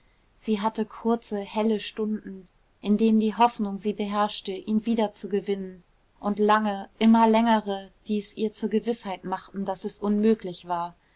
sie hatte kurze helle stunden in denen die hoffnung sie beherrschte ihn wieder zu gewinnen und lange immer längere die es ihr zur gewißheit machten daß es unmöglich war